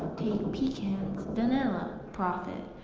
pecans, vanilla, profit.